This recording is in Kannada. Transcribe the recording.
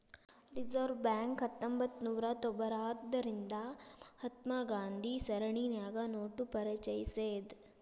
ರಿಸರ್ವ್ ಬ್ಯಾಂಕ್ ಹತ್ತೊಂಭತ್ನೂರಾ ತೊಭತಾರ್ರಿಂದಾ ರಿಂದ ಮಹಾತ್ಮ ಗಾಂಧಿ ಸರಣಿನ್ಯಾಗ ನೋಟ ಪರಿಚಯಿಸೇದ್